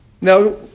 Now